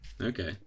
okay